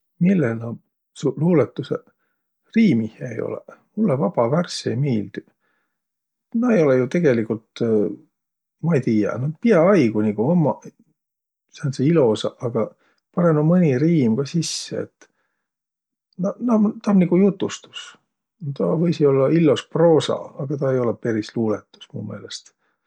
Mille naaq su luulõtusõq riimih ei olõq? Mullõ vabavärss ei miildüq. Naaq ei olõq jo tegeligult, ma ei tiiäq, piaaigo nigu ummaq sääntseq ilosaq, a panõq no mõni riim ka sisse. Et naaq naa- um- taa um nigu jutustus. Taa võisiq ollaq illos proosa, aga taa ei olõq peris luulõtus mu meelest.